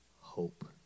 hope